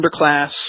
underclass